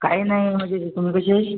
काई नाई म्हजे तुमी कशे